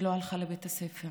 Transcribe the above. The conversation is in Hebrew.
שלא הלכה לבית הספר,